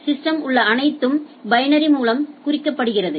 சிஸ்டமில் உள்ள அனைத்தும் பைனரி மூலம் குறிக்கப்படுகிறது